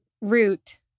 root